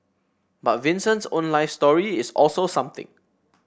but Vincent's own life story is also something